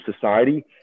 society